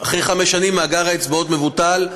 אחרי חמש שנים מאגר האצבעות מבוטל.